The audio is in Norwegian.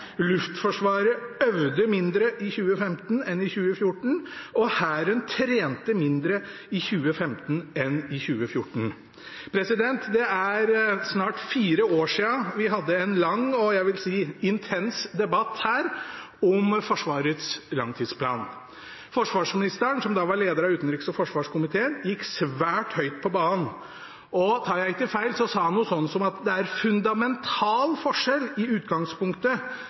Luftforsvaret øvde mindre i 2015 enn i 2014, og Hæren trente mindre i 2015 enn i 2014. Det er snart fire år siden vi hadde en lang og ‒ jeg vil si ‒ intens debatt her om Forsvarets langtidsplan. Forsvarsministeren, som da var leder av utenriks- og forsvarskomiteen, gikk svært høyt på banen. Tar jeg ikke feil, sa hun noe slikt som at det er fundamental forskjell i utgangspunktet